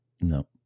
no